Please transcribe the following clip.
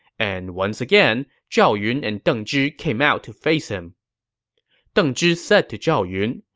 and once again zhao yun and deng zhi came out to face him deng zhi said to zhao yun,